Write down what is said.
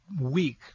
week